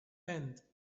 end